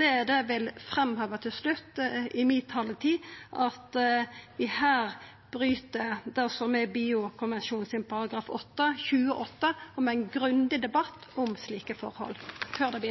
Det eg vil framheva til slutt i mi taletid, er at her bryt ein med biokonvensjonens artikkel 28, om ein grundig debatt om slike forhold før det